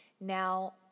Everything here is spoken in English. Now